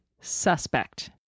suspect